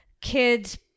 kids